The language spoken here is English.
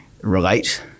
relate